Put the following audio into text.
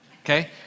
okay